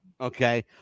Okay